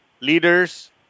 Leaders